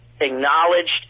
acknowledged